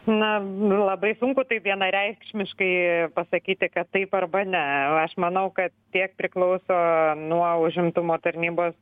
na labai sunku taip vienareikšmiškai pasakyti kad taip arba ne aš manau kad tiek priklauso nuo užimtumo tarnybos